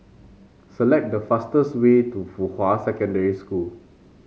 select the fastest way to Fuhua Secondary School